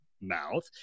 mouth